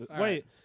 Wait